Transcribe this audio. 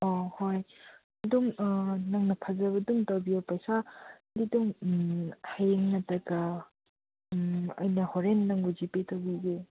ꯑꯥ ꯍꯣꯏ ꯑꯗꯨꯝ ꯅꯪꯅ ꯐꯖꯕ ꯑꯗꯨꯝ ꯇꯧꯕꯤꯌꯣ ꯄꯩꯁꯥꯗꯤ ꯑꯗꯨꯝ ꯍꯌꯦꯡ ꯅꯠꯇ꯭ꯔꯒ ꯑꯩꯅ ꯍꯣꯔꯦꯟ ꯅꯧꯕꯨ ꯖꯤ ꯄꯦ ꯇꯧꯕꯤꯒꯦ